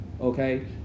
okay